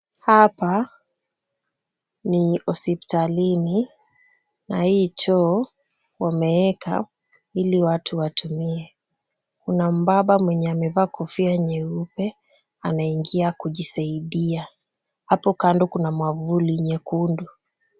Hapa ni hospitalini na hii choo wameeka ili watu watumie. Kuna mbaba mwenye amevaa kofia nyeupe anaingia kujisaidia. Hapo kando kuna mwavuli nyekundu.